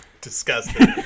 disgusting